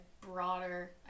broader